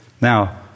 Now